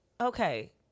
Okay